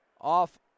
off